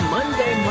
Monday